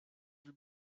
will